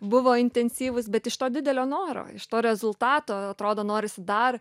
buvo intensyvūs bet iš to didelio noro iš to rezultato atrodo norisi dar